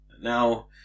now